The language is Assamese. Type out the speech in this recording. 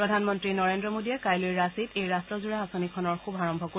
প্ৰধানমন্ত্ৰী নৰেন্দ্ৰ মোদীয়ে কাইলৈ ৰাছীত এই ৰাষ্টজোৰা আঁচনিখনৰ শুভাৰম্ভ কৰিব